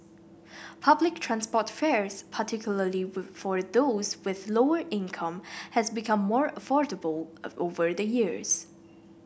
public transport fares particularly for those with lower income have become more affordable of over the years